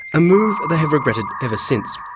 a move they have regretted ever since.